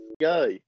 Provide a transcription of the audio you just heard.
Go